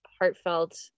heartfelt